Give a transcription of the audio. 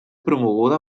promoguda